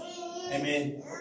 Amen